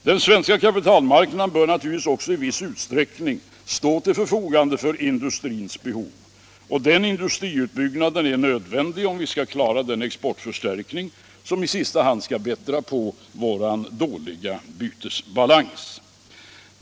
Den svenska kapitalmarknaden bör naturligtvis också i viss utsträckning stå till förfogande för industrins behov. Den industribyggnaden är nödvändig, om vi skall klara den exportförstärkning som i sista hand skall bättra på vår dåliga bytesbalans.